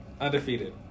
Undefeated